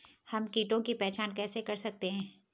हम कीटों की पहचान कैसे कर सकते हैं?